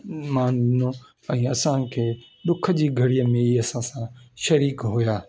मान ॾिनो भई असांखे डुख जी घड़ीअ में असां सां शरीक़ हुया